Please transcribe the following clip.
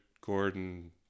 Gordon